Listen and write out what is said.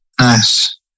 Nice